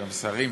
גם שרים,